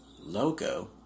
logo